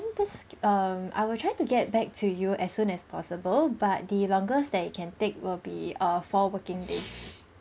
this um I will try to get back to you as soon as possible but the longest that you can take will be err four working days